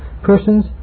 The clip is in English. Persons